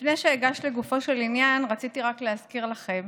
לפני שאגש לגופו של עניין, רציתי רק להזכיר לכם